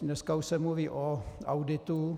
Dneska už se mluví o auditu.